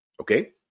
okay